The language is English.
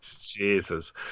Jesus